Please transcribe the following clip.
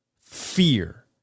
fear